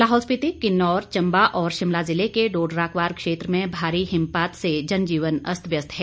लाहौल स्पीति किन्नौर चम्बा और शिमला जिले के डोडरा क्वार में भारी हिमपात से जनजीवन अस्त व्यस्त है